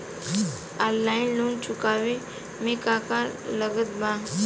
Offline loan चुकावे म का का लागत बा?